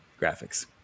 graphics